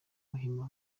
muhima